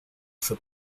for